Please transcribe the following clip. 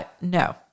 No